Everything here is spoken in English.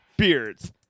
Beards